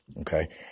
okay